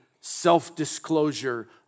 self-disclosure